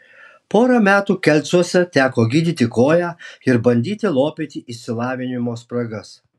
porą metų kelcuose teko gydyti koją ir bandyti lopyti išsilavinimo spragas